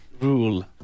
rule